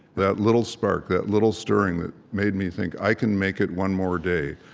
that little spark, that little stirring that made me think, i can make it one more day.